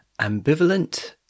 ambivalent